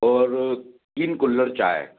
और तीन कुल्हड़ चाय